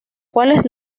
cuales